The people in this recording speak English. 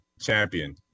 champion